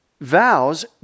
Vows